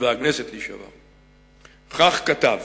וכך כתב: